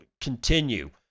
continue